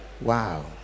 Wow